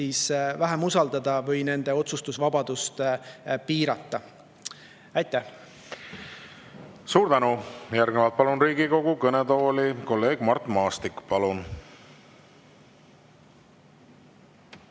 vähem usaldada ja nende otsustusvabadust piirata. Aitäh! Suur tänu! Järgnevalt palun Riigikogu kõnetooli kolleeg Mart Maastiku. Palun!